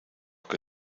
que